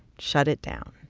shut it down.